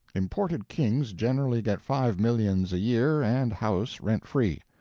imported kings generally get five millions a year and house-rent free.